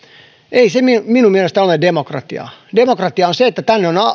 ei se minun mielestäni ole demokratiaa demokratiaa on se että tänne on